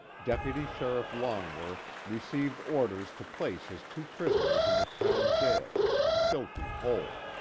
deputy sheriff longworth received orders to place his two prisoners in the town jail a filthy hole.